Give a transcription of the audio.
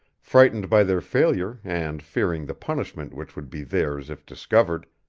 frightened by their failure, and fearing the punishment which would be theirs if discovered,